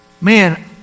man